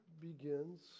begins